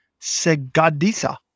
Segadisa